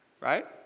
Right